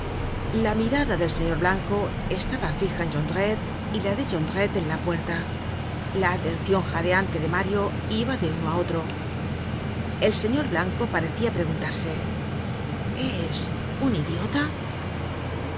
la mirada del señor blanco estaba fija en jondrette y la de jondrette en la puerta la atencion jadeante de mario iba de uno á otro el señor blanco parecia preguntarse es un idiota